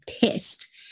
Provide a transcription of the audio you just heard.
pissed